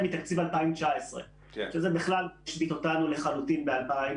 והנתון של משרד החוץ כן היה נתון חריג מהבחינה